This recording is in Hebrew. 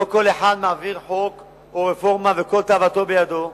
לא כל אחד מעביר חוק או רפורמה וכל תאוותו בידו.